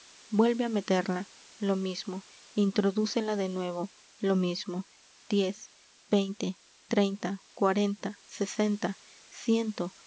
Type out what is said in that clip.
vuelve á meterla lo mismo introdúcela de nuevo lo mismo diez veinte treinta cuarenta sesenta ciento